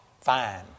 fine